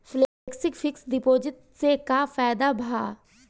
Flexi fix deposit से का फायदा भा?